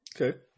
Okay